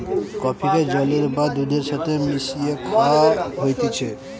কফিকে জলের বা দুধের সাথে মিশিয়ে খায়া হতিছে